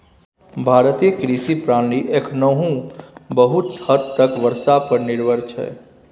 भारतीय कृषि प्रणाली एखनहुँ बहुत हद तक बर्षा पर निर्भर छै